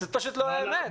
זאת פשוט לא האמת.